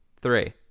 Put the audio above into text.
three